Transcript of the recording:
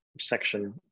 section